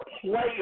player